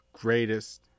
greatest